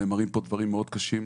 נאמרים פה דברים מאוד קשים,